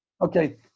Okay